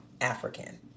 African